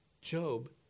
Job